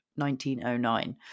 1909